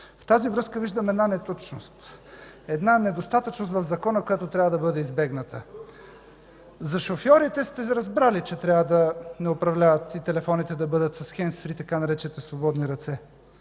В тази връзка виждам една точност, една недостатъчност в закона, която трябва да бъде избегната. За шофьорите сте разбрали, че трябва да управляват с хендсфри, така наречените „свободни ръце”.